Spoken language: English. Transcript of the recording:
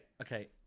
okay